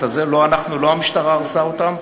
לא אנחנו, לא המשטרה הרסה אותם.